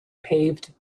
paved